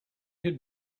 had